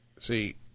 See